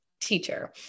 teacher